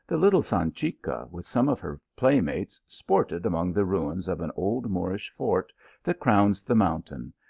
the little sanchica with some of her playmates sported among the ruins of an old moorish fort that crowns the mountain,